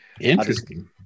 interesting